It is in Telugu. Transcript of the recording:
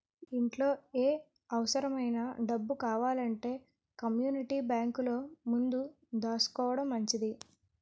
ఇంట్లో ఏ అవుసరమైన డబ్బు కావాలంటే కమ్మూనిటీ బేంకులో ముందు దాసుకోడం మంచిది